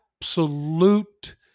absolute